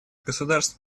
государств